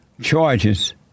charges